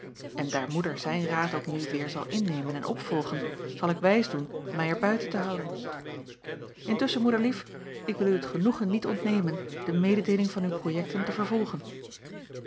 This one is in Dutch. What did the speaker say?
en daar moeder zijn raad ook nu weêr zal innemen en opvolgen zal ik wijs doen mij er buiten te houden intusschen moederlief ik wil u het genoegen niet ontnemen de mededeeling van uw projekten te vervolgen